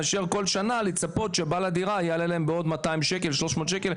מאשר כל שנה לצפות שבעל הדירה יעלה להם בעוד 200-300 שקל,